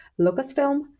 Lucasfilm